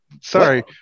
Sorry